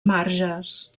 marges